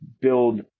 build